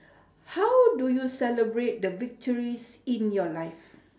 how do you celebrate the victories in your life